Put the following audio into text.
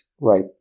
Right